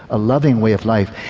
a loving way of life.